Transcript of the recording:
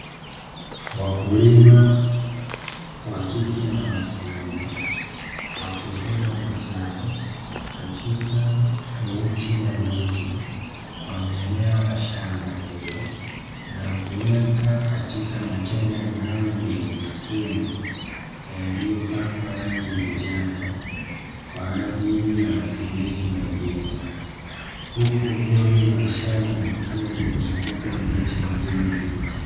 Wakulima wa kike na wakiume wakivuna mazao katika miche ya miti, kwenye eneo la shamba hilo na kuweka katika matenga maalumu yenye matundu yaliyopakwa rangi ya njano kwa ajili ya mazumizi mengine, Huku eneo hilo la shamba likiwalimezungukwa na miche mingine ya miti.